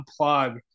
unplug